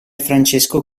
francesco